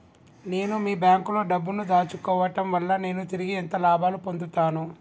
నేను మీ బ్యాంకులో డబ్బు ను దాచుకోవటం వల్ల నేను తిరిగి ఎంత లాభాలు పొందుతాను?